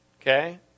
okay